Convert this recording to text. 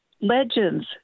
Legends